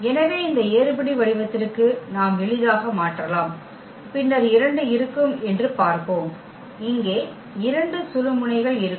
எனவே இந்த ஏறுபடி வடிவத்திற்கு நாம் எளிதாக மாற்றலாம் பின்னர் 2 இருக்கும் என்று பார்ப்போம் இங்கே 2 சுழுமுனைகள் இருக்கும்